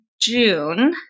June